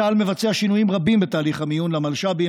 צה"ל מבצע שינויים רבים בתהליך המיון למלש"בים,